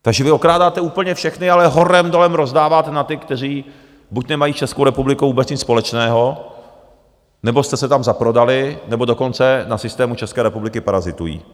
Takže vy okrádáte úplně všechny, ale horem dolem rozdáváte na ty, kteří buď nemají s Českou republikou vůbec nic společného, nebo jste se tam zaprodali, nebo dokonce na systému České republiky parazitují.